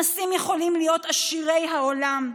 אנסים יכולים להיות עשירי העולם,